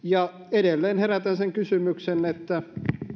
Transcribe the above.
edelleen herätän kysymyksen